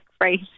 great